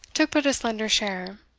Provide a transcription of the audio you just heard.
took but a slender share,